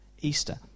Easter